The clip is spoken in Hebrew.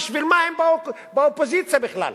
בשביל מה הם באופוזיציה בכלל?